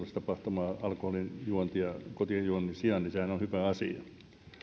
tapahtuvaa alkoholin juontia kotijuonnin sijaan niin sehän on hyvä asia itse